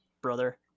brother